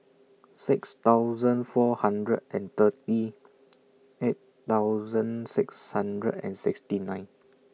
six thousand four hundred and thirty eight thousand six hundred and sixty nine